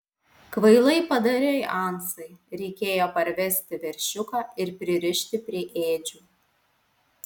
kvailai padarei ansai reikėjo parvesti veršiuką ir pririšti prie ėdžių